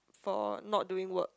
for not doing work